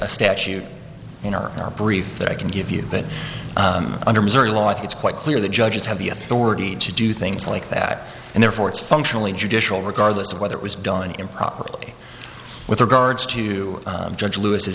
a statute in our brief that i can give you that under missouri law it's quite clear that judges have the authority to do things like that and therefore it's functionally judicial regardless of whether it was done improperly with regards to judge lewis